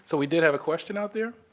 so we did have a question out there?